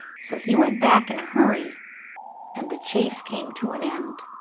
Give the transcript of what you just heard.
so he went back in a hurry and the chase came to an end.